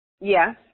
Yes